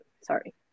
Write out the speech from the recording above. Sorry